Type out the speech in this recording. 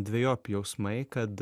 dvejopi jausmai kad